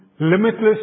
limitless